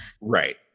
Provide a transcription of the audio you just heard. Right